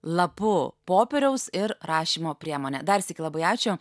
lapu popieriaus ir rašymo priemone darsyk labai ačiū